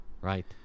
right